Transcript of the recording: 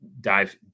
dive